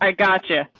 ah gotcha.